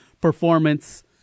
performance